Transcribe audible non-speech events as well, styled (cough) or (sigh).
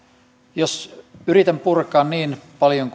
jos yritän purkaa niin paljon (unintelligible)